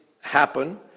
happen